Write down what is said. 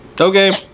Okay